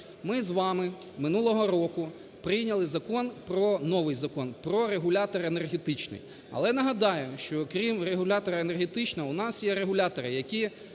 Ми з вами минулого року прийняли закон про, новий закон про регулятора енергетичного, але нагадаю, що крім регулятора енергетичного, у нас є регулятори, які